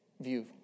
view